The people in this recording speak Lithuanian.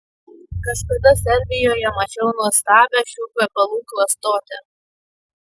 kažkada serbijoje mačiau nuostabią šių kvepalų klastotę